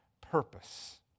purpose